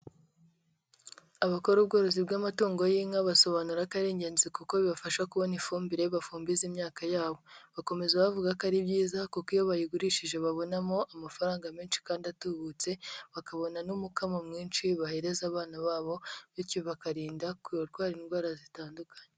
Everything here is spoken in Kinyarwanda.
Abakora ubworozi bw'amatungo y'inka basobanura ko ari ingenzizi kuko bibafasha kubona ifumbire bafumbiza imyaka yabo. Bakomeza bavuga ko ari byiza kuko iyo bayigurishije babonamo amafaranga menshi kandi atubutse, bakabona n'umukamo mwinshi bahereza abana babo bityo bakarinda kurwara indwara zitandukanye.